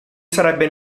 sarebbe